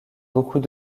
beaucoup